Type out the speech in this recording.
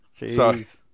jeez